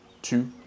two